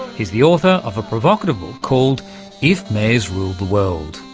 he's the author of a provocative book called if mayors ruled the world.